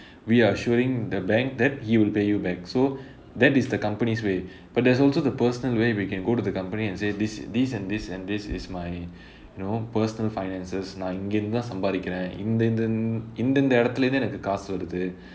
we are assuring the bank that he will pay you back so that is the company's way but there's also the personal way we can go to the company and say this these and this and this is my you know personal finances நா இங்கே இதுந்துதான் சம்பாரிக்கிறேன் இந்த இந்த இந்த இந்த இடத்துலே இருந்து எனக்கு காசு வருது:naa ingae irunthuthaan sambaarikkiraen intha intha intha intha idathulae irunthu enakku kaasu varuthu